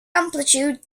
amplitude